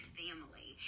family